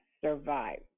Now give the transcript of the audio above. survive